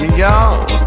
y'all